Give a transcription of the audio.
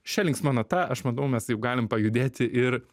šia linksma nata aš manau mes jau galim pajudėti ir